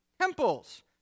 temples